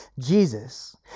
Jesus